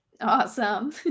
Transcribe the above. Awesome